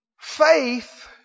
Faith